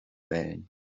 wählen